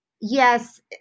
yes